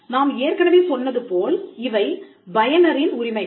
நாம் ஏற்கனவே சொன்னது போல் இவை பயனரின் உரிமைகள்